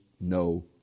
no